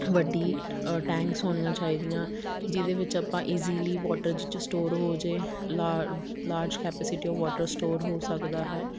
ਵੱਡੀ ਟੈਂਕਸ ਹੋਣੀਆਂ ਚਾਹੀਦੀਆਂ ਜਿਹਦੇ ਵਿੱਚ ਆਪਾਂ ਇਜ਼ੀਲੀ ਵੋਟਰ ਜਿਹਦੇ 'ਚ ਸਟੋਰ ਹੋਜੇ ਲਾਰ large capacity of water store ਹੋ ਸਕਦਾ ਹੈ